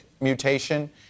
mutation